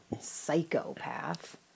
psychopath